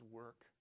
work